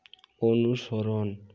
অনুসরণ